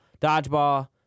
Dodgeball